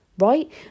right